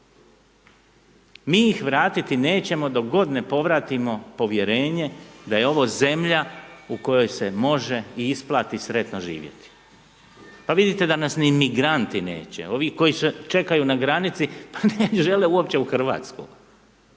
Mi ih vratiti nećemo dok god ne povratimo povjerenje da je ovo zemlja u kojoj se može i isplati sretno živjeti. Pa vidite da nas ni migranti neće, ovi koji čekaju na granici pa ne žele uopće u Hrvatsku